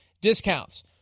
discounts